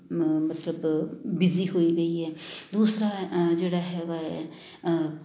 ਮਤਲਬ ਬਿਜੀ ਹੋਈ ਪਈ ਹੈ ਦੂਸਰਾ ਜਿਹੜਾ ਹੈਗਾ ਹੈ